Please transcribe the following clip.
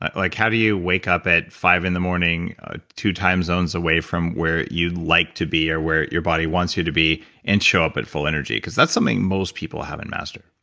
like how do you wake up at five in the morning two time zones away from where you'd like to be or where your body wants you to be and show up at full energy? that's something most people haven't mastered